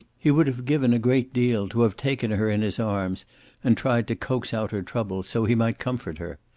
he would have given a great deal to have taken her in his arms and tried to coax out her trouble so he might comfort her.